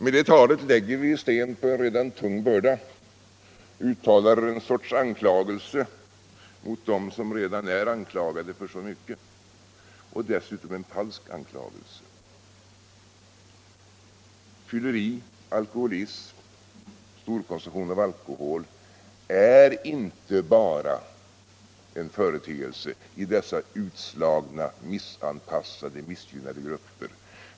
Med det talet lägger vi ju sten på en redan tung börda, uttalar en sorts anklagelse mot dem som redan är anklagade för så mycket — och dessutom en falsk anklagelse. Fylleri, alkoholism, storkonsumtion av alkohol är inte bara en företeelse i dessa utslagna, missanpassade, missgynnade grupper.